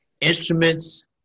instruments